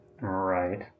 Right